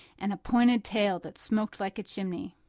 and a pointed tail that smoked like a chimney.